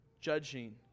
judging